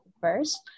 first